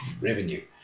revenue